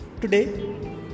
today